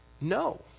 No